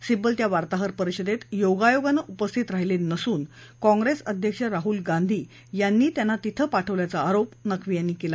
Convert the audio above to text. सिब्बल त्या वार्ताहर परिषदेत योगायोगानं उपस्थित राहिले नसून काँप्रेस अध्यक्ष राहुल गांधी यांनी त्यांना तिथं पाठवलं असल्याचा आरोप नक्वी यांनी केला